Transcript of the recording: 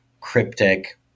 cryptic